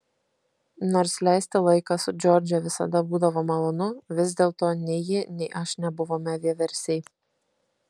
nors leisti laiką su džordže visada būdavo malonu vis dėlto nei ji nei aš nebuvome vieversiai